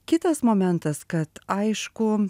kitas momentas kad aišku